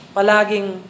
Palaging